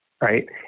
right